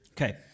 Okay